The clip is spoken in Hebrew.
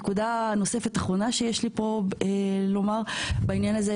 נקודה נוספת ואחרונה שיש לי לומר בעניין הזה,